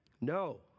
No